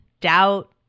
doubt